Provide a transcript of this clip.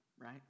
right